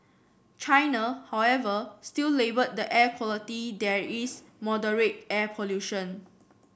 China however still labelled the air quality there is moderate air pollution